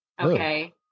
okay